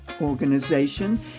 Organization